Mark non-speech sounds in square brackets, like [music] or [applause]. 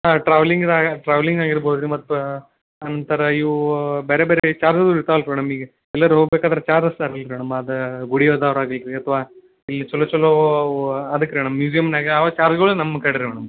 ಹಾಂ ಟ್ರಾವೆಲಿಂಗ್ನಾಗ ಟ್ರಾವೆಲಿಂಗ್ನಾಗ ಇರ್ಬೋದು ರೀ ಮತ್ತೆ ಆನಂತರ ಇವು ಬೇರೆ ಬೇರೆ ಚಾರ್ಜು ಇರ್ತಾವಲ್ಲ ರೀ ಮೇಡಮ್ ಈಗ ಎಲ್ಲಾದ್ರೂ ಹೋಗಬೇಕಾದ್ರೆ ಚಾರ್ಜ್ ಹಾಕ್ತಾರಲ್ರೀ ಮೇಡಮ್ ಅದೇ ಗುಡಿ [unintelligible] ಅಥವಾ ಇಲ್ಲಿ ಛಲೋ ಛಲೋ ಅದಕ್ಕೆ ಮ್ಯಾಡಮ್ ಮ್ಯೂಜಿಯಮ್ನಾಗ ಅವು ಚಾರ್ಜ್ಗಳ್ ನಮ್ಮ ಕಡೆ ರೀ ಮೇಡಮ್